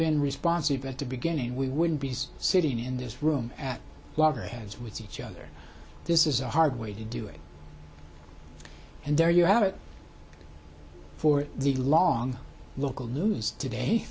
been responsive at the beginning we wouldn't be sitting in this room at loggerheads with each other this is a hard way to do it and there you have it for the long local news today